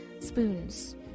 spoons